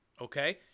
Okay